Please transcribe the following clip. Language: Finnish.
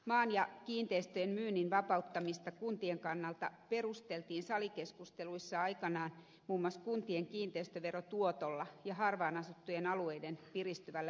maan ja kiinteistöjen myynnin vapauttamista kuntien kannalta perusteltiin salikeskusteluissa aikanaan muun muassa kuntien kiinteistöverotuotolla ja harvaan asuttujen alueiden piristyvällä elinkeinoelämällä